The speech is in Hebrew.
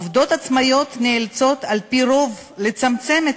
עובדות עצמאיות נאלצות על-פי רוב לצמצם את